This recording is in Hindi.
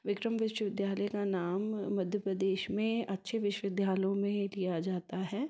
विक्रम विश्वविद्यालय का नाम मध्य प्रदेश में अच्छे विश्वविद्यालयों में ही लिया जाता है